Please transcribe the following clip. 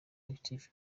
active